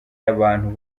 y’abantu